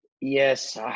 Yes